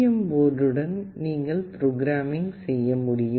M போர்டுடன் நீங்கள் programming செய்ய முடியும்